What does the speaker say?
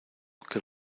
que